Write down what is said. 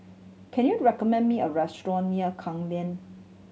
can you recommend me a restaurant near Klang Lane